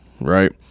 right